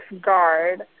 guard